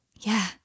Yeah